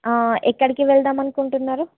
ఎక్కడికి వెళ్దామని అనుకుంటున్నారు